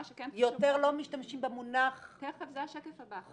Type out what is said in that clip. שכן -- יותר לא משתמשים במונח חוסר -- זה השקף הבא.